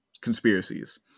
conspiracies